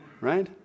right